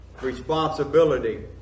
Responsibility